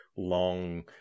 long